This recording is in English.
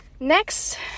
Next